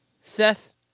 Seth